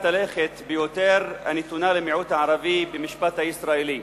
הלכת ביותר הנתונה למיעוט הערבי במשפט הישראלי.